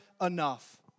enough